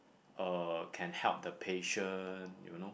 uh can help the patient you know